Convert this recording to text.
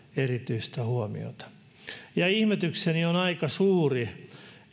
erityistä huomiota ihmetykseni siitä on aika suuri